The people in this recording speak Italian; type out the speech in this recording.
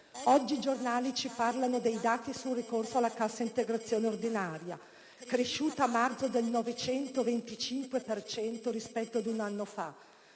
Oggi i giornali ci parlano dei dati sul ricorso alla cassa integrazione ordinaria, cresciuta a marzo del 925 per cento rispetto ad un anno fa;